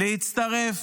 להצטרף